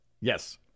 Yes